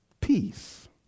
Peace